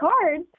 cards